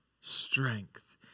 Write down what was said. strength